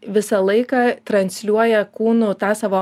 visą laiką transliuoja kūnu tą savo